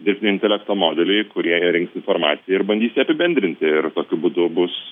dirbtinio intelekto modeliai kurie rinks informaciją ir bandys ją apibendrinti ir tokiu būdu bus